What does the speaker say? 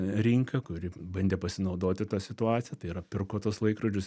rinka kuri bandė pasinaudoti ta situacija tai yra pirko tuos laikrodžius